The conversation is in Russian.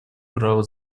права